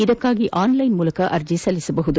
ಇದಕ್ಕಾಗಿ ಆನ್ಲೈನ್ ಮೂಲಕ ಅರ್ಜಿ ಸಲ್ಲಿಸಬಹುದು